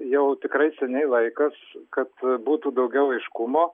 jau tikrai seniai laikas kad būtų daugiau aiškumo